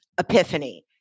epiphany